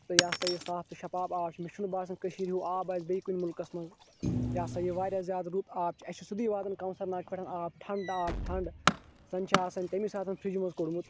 تہٕ یہِ ہسا یہِ صاف تہٕ شَفاف آب مےٚ چھُنہٕ باسان کٔشیٖرِ ہیٛوٗ آب آسہِ بیٚیہِ کُنہِ مُلکس منٛز یہِ ہسا یہِ وارِیاہ زیادٕ رُت آب چھُ اَسہِ چھِ سیٚودُے واتان کۄنٛسَر ناگہٕ پؠٹھ آب ٹَھںٛڈ آب ٹَھَنٛڈ زَن چھِ آسان تمہِ ساتہٕ فِرِجہِ منٛز کوٚڑمُت